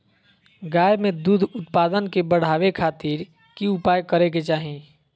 गाय में दूध उत्पादन के बढ़ावे खातिर की उपाय करें कि चाही?